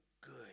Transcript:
good